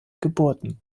geburten